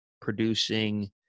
producing